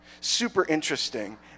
super-interesting